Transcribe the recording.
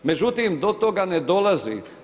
Međutim, do toga ne dolazi.